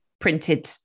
printed